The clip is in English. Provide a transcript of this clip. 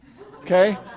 Okay